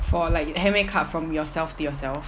for like handmade card from yourself to yourself